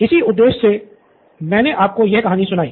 इसी उद्देश से मैंने आपको यह कहानी सुनाई